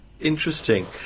Interesting